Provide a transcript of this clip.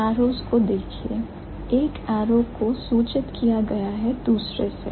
इन arrows को देखिए एक एरो को सूचित किया गया है दूसरे से